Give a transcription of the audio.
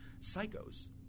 psychos